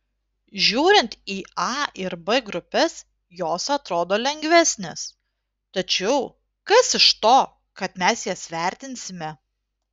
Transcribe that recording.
žiūrint į a ar b grupes jos atrodo lengvesnės tačiau kas iš to kad mes jas vertinsime